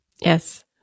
Yes